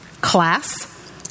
class